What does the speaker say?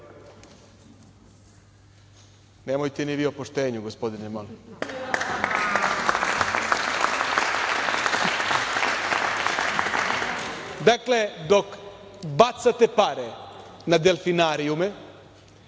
Nemojte ni vi o poštenju gospodine Mali. Dakle, dok bacate pare na delfinarijume,